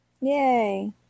Yay